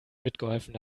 mitgeholfen